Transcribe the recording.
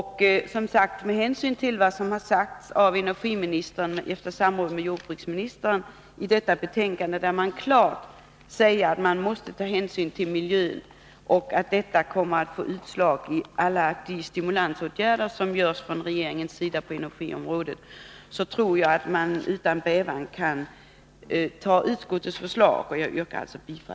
Med hänsyn till vad som sagts av energiministern i samråd med jordbruksministern i propositionen, där man klart säger att man måste ta hänsyn till miljön och att detta kommer att få utslag i alla de stimulansåtgärder som vidtas från regeringens sida på energiområdet, tror jag man utan bävan kan anta utskottets förslag, och jag yrkar bifall till detta.